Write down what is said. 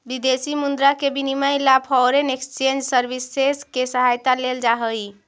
विदेशी मुद्रा के विनिमय ला फॉरेन एक्सचेंज सर्विसेस के सहायता लेल जा हई